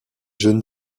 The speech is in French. jeune